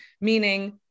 Meaning